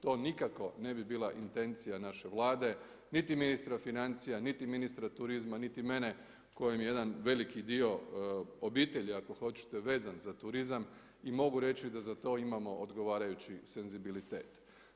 To nikako ne bi bila intencija naše Vlade, niti ministra financija, niti ministra turizma, niti mene kojim jedan veliki dio obitelji ako hoćete vezan za turizam i mogu reći da za to imamo odgovarajući senzibilitet.